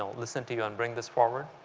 listen to you and bring this forward.